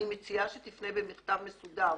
אני מציעה שתפנה במכתב מסודר